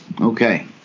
Okay